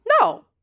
No